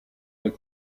avec